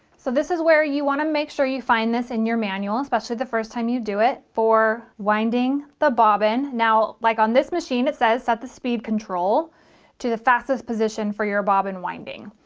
so this is where you want to make sure you find this in your manual especially the first time you do it for winding the bobbin now like on this machine it says set the speed control to the fastest position for your bobbin winding.